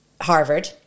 harvard